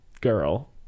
girl